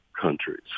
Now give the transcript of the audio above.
countries